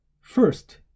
First